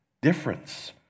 difference